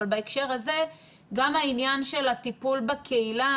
גם העניין של הטיפול בקהילה,